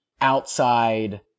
outside